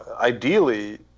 ideally